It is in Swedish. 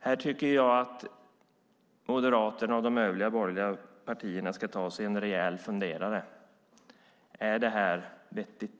Jag tycker att Moderaterna och de övriga borgerliga partierna ska ta sig en rejäl funderare. Är detta vettigt?